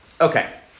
Okay